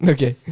Okay